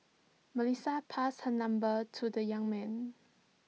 Melissa passed her number to the young man